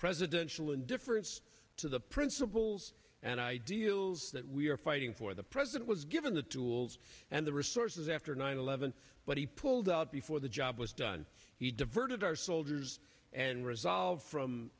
presidential indifference to the principles and ideals that we are fighting for the president was given the tools and the resources after nine eleven but he pulled out before the job was done he diverted our soldiers and resolve from